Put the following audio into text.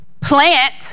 plant